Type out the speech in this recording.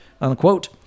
unquote